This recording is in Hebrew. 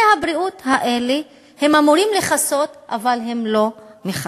דמי הבריאות האלה אמורים לכסות, אבל הם לא מכסים.